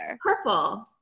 Purple